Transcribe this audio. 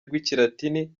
rw’ikilatini